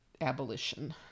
abolition